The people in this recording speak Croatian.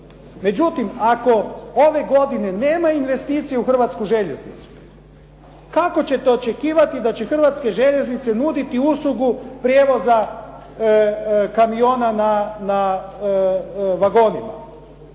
Međutim ako ove godine nema investicije u Hrvatsku željeznicu, kako ćete očekivati da će Hrvatske željeznice nuditi uslugu prijevoza kamiona na vagonima.